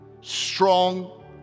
strong